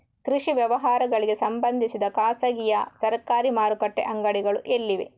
ಕೃಷಿ ವ್ಯವಹಾರಗಳಿಗೆ ಸಂಬಂಧಿಸಿದ ಖಾಸಗಿಯಾ ಸರಕಾರಿ ಮಾರುಕಟ್ಟೆ ಅಂಗಡಿಗಳು ಎಲ್ಲಿವೆ?